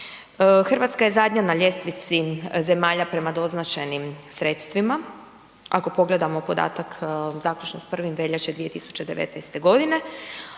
Hrvatska je zadnja na ljestvici zemalja prema doznačenim sredstvima ako pogledamo podatak zaključno sa 1. veljače 2019. g.,